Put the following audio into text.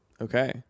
okay